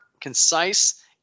concise